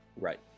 Right